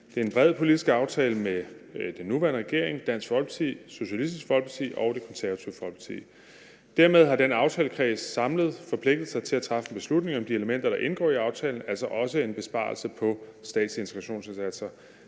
Det er en bred politisk aftale mellem den nuværende regering, Dansk Folkeparti, Socialistisk Folkeparti og Det Konservative Folkeparti. Dermed har den aftalekreds samlet forpligtet sig til at træffe beslutning om de elementer, der indgår i aftalen, altså også en besparelse statslige integrationsindsatser.